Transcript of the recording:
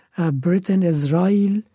Britain-Israel